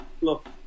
Look